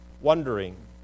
wondering